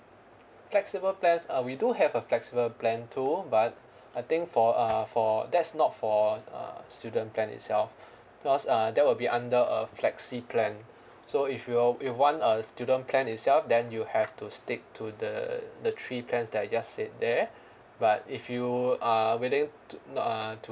flexible plans uh we do have a flexible plan too but I think for uh for that's not for uh student plan itself because uh that will be under a flexi plan so if you uh you want a student plan itself then you have to stick to the the three plans that I just said there but if you uh whether to not uh to